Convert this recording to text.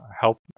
help